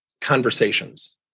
conversations